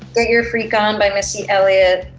get your freak on by missy elliott.